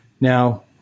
Now